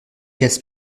casse